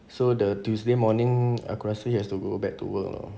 so the tuesday morning aku rasa he has to go back to work lor